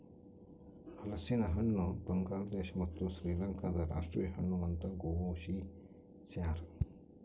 ಹಲಸಿನಹಣ್ಣು ಬಾಂಗ್ಲಾದೇಶ ಮತ್ತು ಶ್ರೀಲಂಕಾದ ರಾಷ್ಟೀಯ ಹಣ್ಣು ಅಂತ ಘೋಷಿಸ್ಯಾರ